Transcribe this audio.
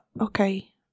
Okay